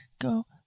go